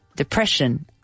Depression